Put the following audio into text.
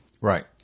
Right